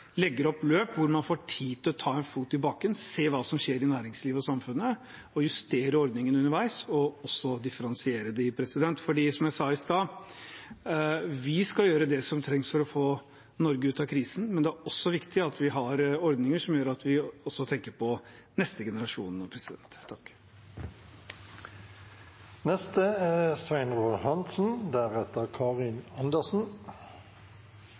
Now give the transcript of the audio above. legger opp løp hvor man får tid til å ta en fot i bakken, se hva som skjer i næringslivet og samfunnet, justere ordningene underveis og differensiere dem. Som jeg sa i sted, skal vi gjøre det som trengs for å få Norge ut av krisen, men det er viktig at vi har ordninger som gjør at vi også tenker på neste generasjon. Det mest påfallende i denne debatten er